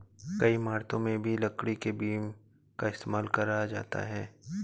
कई इमारतों में भी लकड़ी के बीम का इस्तेमाल करा जाता है